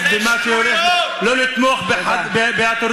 אלו דברי הבל.